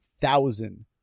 thousand